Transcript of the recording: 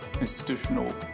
institutional